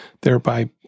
thereby